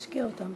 אני מסיים.